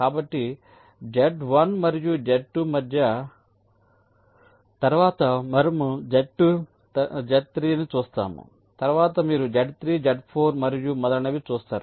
కాబట్టి Z1 మరియు Z2 మధ్య తర్వాత మనము Z2 Z3 ను చూస్తాము తర్వాత మీరు Z3 Z4 మరియు మొదలైనవి చూస్తారు